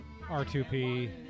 R2P